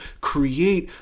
create